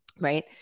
Right